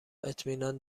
اطمینان